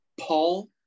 Paul